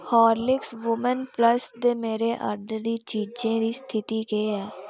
Horlicks woman plus दे मेरे order दी चीजें दी स्थिति केह् ऐ